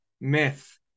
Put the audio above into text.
myth